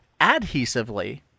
adhesively